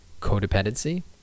codependency